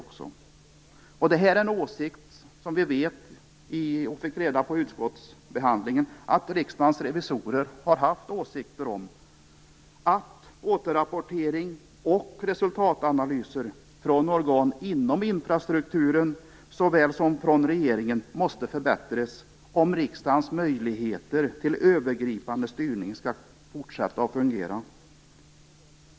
I utskottsbehandlingen fick vi reda på att Riksdagens revisorer har haft åsikten att återrapportering och resultatanalyser från såväl organ inom infrastrukturen som från regeringen måste förbättras, om riksdagens möjligheter till övergripande styrning skall fortsätta att fungera.